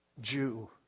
Jew